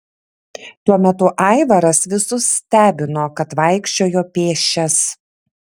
tuo metu aivaras visus stebino kad vaikščiojo pėsčias